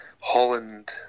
Holland